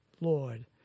Lord